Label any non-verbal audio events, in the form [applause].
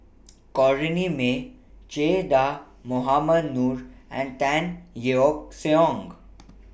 [noise] Corrinne May Che Dah Mohamed Noor and Tan Yeok Seong